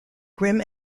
grim